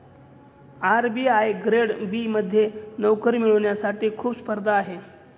RBI grade B मध्ये नोकरी मिळवण्यासाठी खूप स्पर्धा आहे